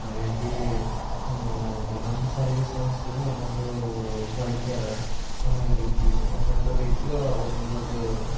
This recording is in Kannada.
ಹಾಗಾಗಿ ಒಂದೊಂದು ಸಾರಿಗೆ ಸಂಸ್ಥೆಯದ್ದು ಒಂದೊಂದು ಬಳಕೆ ಅದ ಒಂದೊಂದು ರೀತಿ ಒಂದೊಂದು ರೀತಿ ಒಂದೊಂದ್ರದ್ದು